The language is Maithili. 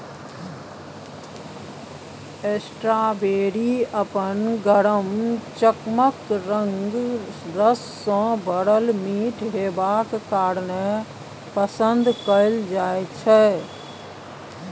स्ट्राबेरी अपन गमक, चकमक रंग, रस सँ भरल मीठ हेबाक कारणेँ पसंद कएल जाइ छै